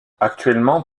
actuellement